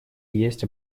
есть